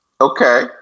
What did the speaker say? Okay